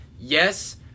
Yes